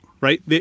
right